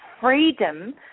freedom